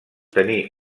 tenir